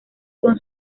con